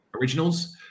originals